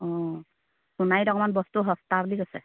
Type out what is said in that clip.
অঁ সোণাৰীত অকমান বস্তু সস্তা বুলি কৈছে